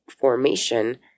formation